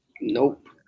Nope